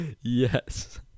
Yes